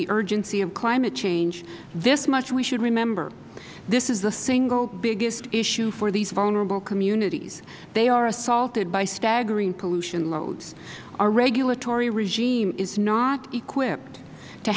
the urgency of climate change this much we should remember this is the single biggest issue for these vulnerable communities they are assaulted by staggering pollution loads our regulatory regime is not equipped to